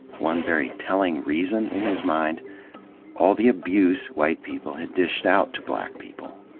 one very telling reason in his mind all the abuse white people had dished out to black people,